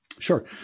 Sure